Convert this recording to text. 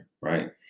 right